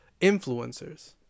influencers